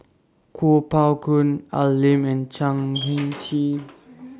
Kuo Pao Kun Al Lim and Chan Heng Chee